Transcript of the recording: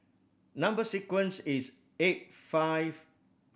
number sequence is eight five